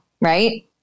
right